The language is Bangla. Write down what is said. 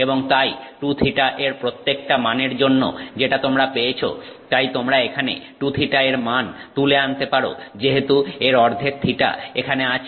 এবং তাই 2θ এর প্রত্যেকটা মানের জন্য যেটা তোমরা পেয়েছ তাই তোমরা এখানে 2θ এর মান তুলে আনতে পারো যেহেতু এর অর্ধেক θ এখানে আছে